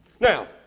Now